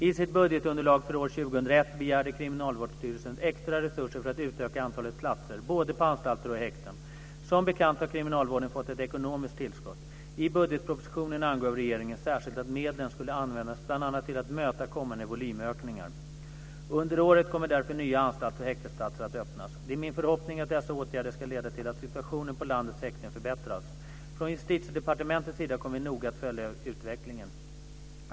I sitt budgetunderlag för år 2001 begärde Kriminalvårdsstyrelsen extra resurser för att utöka antalet platser både på anstalter och i häkten. Som bekant har kriminalvården fått ett ekonomiskt tillskott. I budgetpropositionen angav regeringen särskilt att medlen skulle användas bl.a. till att möta kommande volymökningar. Under året kommer därför nya anstaltsoch häktesplatser att öppnas. Det är min förhoppning att dessa åtgärder ska leda till att situationen på landets häkten förbättras. Från Justitiedepartementets sida kommer vi att noga följa utvecklingen.